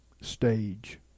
stage